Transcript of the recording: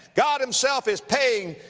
god himself is paying,